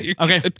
okay